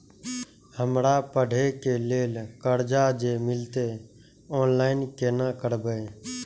हमरा पढ़े के लेल कर्जा जे मिलते ऑनलाइन केना करबे?